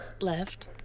Left